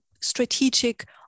strategic